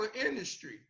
industry